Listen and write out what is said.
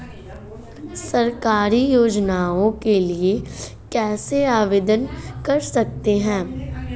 सरकारी योजनाओं के लिए कैसे आवेदन कर सकते हैं?